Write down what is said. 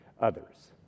others